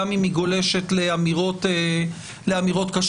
גם אם היא גולשת לאמירות קשות.